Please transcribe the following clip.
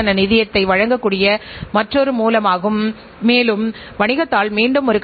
உங்கள் வெளிப்புற பங்குதாரர்கள் உங்கள் வாடிக்கையாளர்கள் மிக முக்கியமானவர்கள்